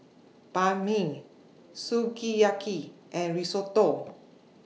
Banh MI Sukiyaki and Risotto